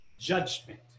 Judgment